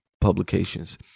publications